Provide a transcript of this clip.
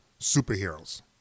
superheroes